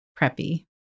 preppy